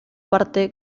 parte